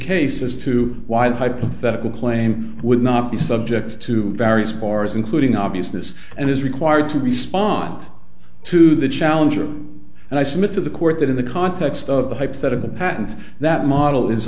case as to why the hypothetical claim would not be subject to various bars including obviousness and is required to respond to the challenger and i submit to the court that in the context of the hypothetical patents that model is